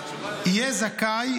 יהיה זכאי